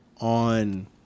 on